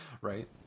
Right